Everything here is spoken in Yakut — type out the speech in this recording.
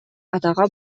атаҕа